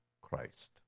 Christ